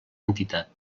entitat